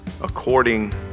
according